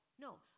No